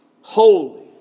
holy